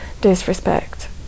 disrespect